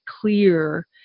clear